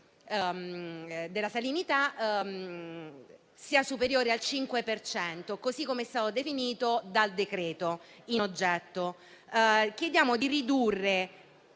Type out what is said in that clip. della salinità sia superiore al 5 per cento, così come definito dal decreto in oggetto. Chiediamo di ridurre